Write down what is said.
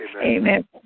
Amen